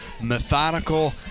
methodical